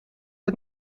het